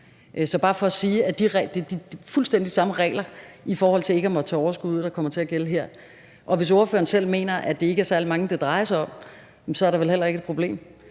er bare for at sige, at det er fuldstændig de samme regler i forhold til ikke at måtte tage overskud ud, der kommer til at gælde her, og hvis ordføreren selv mener, at det ikke er særlig mange, det drejer sig om, er der vel heller ikke et problem.